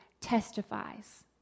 testifies